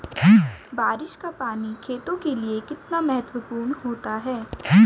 बारिश का पानी खेतों के लिये कितना महत्वपूर्ण होता है?